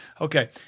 okay